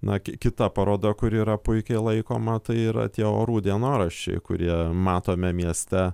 na ki kita paroda kuri yra puikiai laikoma tai yra tie orų dienoraščiai kurie matome mieste